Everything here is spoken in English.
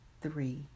three